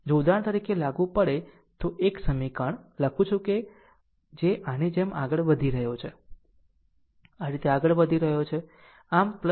જો ઉદાહરણ તરીકે લાગુ પડે તો 1 સમીકરણ લખું છું કે જે આની જેમ આગળ વધી રહ્યો છે આ રીતે આગળ વધી રહ્યો છું